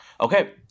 Okay